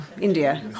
India